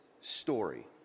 story